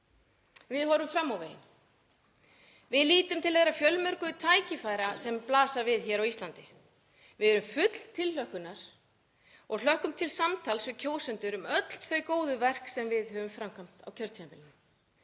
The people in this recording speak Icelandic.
Við horfum fram á veginn. Við lítum til þeirra fjölmörgu tækifæra sem blasa við hér á Íslandi. Við erum full tilhlökkunar og hlökkum til samtals við kjósendur um öll þau góðu verk sem við höfum framkvæmt á kjörtímabilinu.